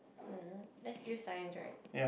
that's still science right